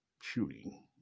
shooting